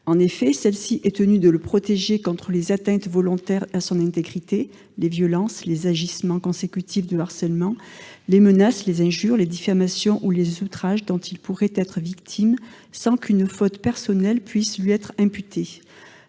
En effet, celle-ci est tenue de le protéger contre les atteintes volontaires à son intégrité, les violences, les agissements consécutifs de harcèlement, les menaces, les injures, les diffamations ou les outrages dont il pourrait être victime sans qu'une faute personnelle puisse lui être imputée.